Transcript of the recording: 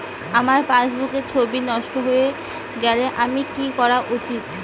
আমার পাসবুকের ছবি নষ্ট হয়ে গেলে আমার কী করা উচিৎ?